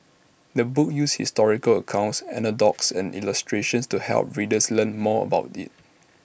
the book uses historical accounts anecdotes and illustrations to help readers learn more about IT